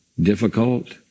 difficult